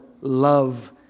love